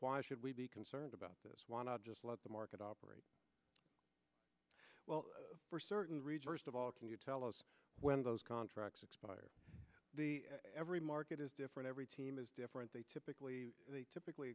why should we be concerned about this why not just let the market operate well for certain readers of all can you tell us when those contracts expire every market is different every team is different they typically typically